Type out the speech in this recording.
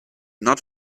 not